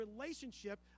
relationship